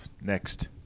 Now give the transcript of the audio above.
next